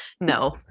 No